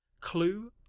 Clue